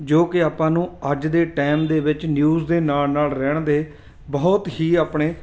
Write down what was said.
ਜੋ ਕਿ ਆਪਾਂ ਨੂੰ ਅੱਜ ਦੇ ਟਾਈਮ ਦੇ ਵਿੱਚ ਨਿਊਜ਼ ਦੇ ਨਾਲ ਨਾਲ ਰਹਿਣ ਦੇ ਬਹੁਤ ਹੀ ਆਪਣੇ